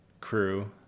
crew